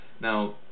Now